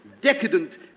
decadent